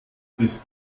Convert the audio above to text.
bis